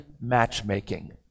matchmaking